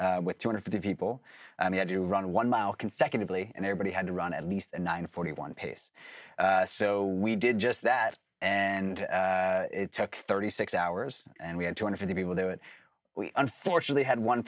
miles with two hundred fifty people we had to run one mile consecutively and everybody had to run at least nine forty one pace so we did just that and it took thirty six hours and we had two hundred fifty people do it we unfortunately had one